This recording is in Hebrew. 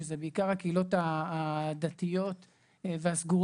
שאלה בעיקר הקהילות הדתיות והסגורות